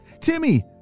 Timmy